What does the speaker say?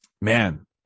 man